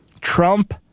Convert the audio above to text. Trump